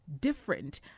different